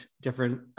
different